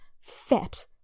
fat